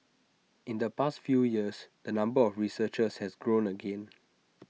in the past few years the number of researchers has grown again